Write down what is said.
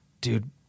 Dude